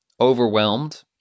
overwhelmed